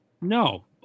No